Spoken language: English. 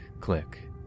click